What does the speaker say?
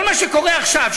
כל מה שקורה עכשיו,